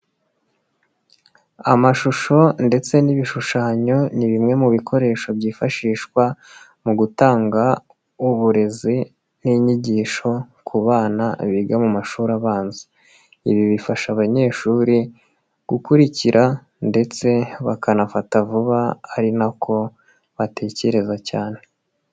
Amashusho ndetse n'ibishushanyo ni bimwe mu bikoresho byifashishwa mu gutanga uburezi n'inyigisho ku bana biga mu mashuri abanza, ibi bifasha abanyeshuri gukurikira ndetse bakanafata vuba ari nako batekereza cyane.